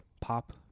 pop